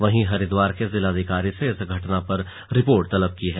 वहीं हरिद्वार के जिलाधिकारी से इस घटना पर रिपोर्ट तलब की है